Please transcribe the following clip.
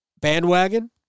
bandwagon